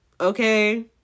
Okay